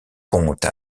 compte